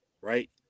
right